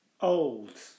Old